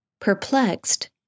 Perplexed